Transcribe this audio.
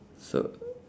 so